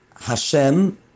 Hashem